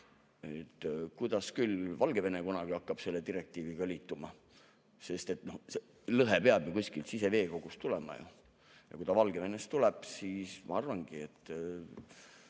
Kuidas küll Valgevene kunagi hakkab selle direktiiviga liituma, sest lõhe peab ju kuskilt siseveekogust tulema? Kui ta Valgevenest tuleb, siis ma arvangi, et